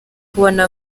kubona